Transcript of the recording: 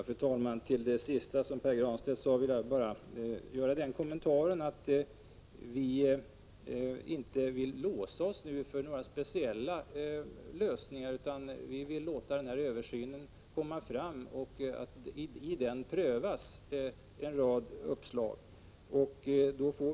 Fru talman! Till det sista som Pär Granstedt sade vill jag bara göra den kommentaren, att vi inte vill låsa oss nu för några speciella lösningar. Vi vill låta den här översynen fullföljas och att en rad uppslag därvid prövas.